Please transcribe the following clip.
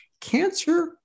cancer